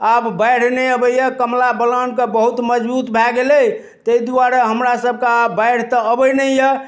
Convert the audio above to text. आब बाढ़ि नहि अबैया कमला बलान तऽ बहुत मजबूत भऽ गेलै ताहि दुआरे हमरा सभके आब बाढ़ि तऽ अबै नहि यऽ